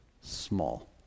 small